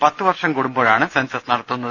പത്തുവർഷം കൂടു മ്പോഴാണ് സെൻസസ് നടത്തുന്നത്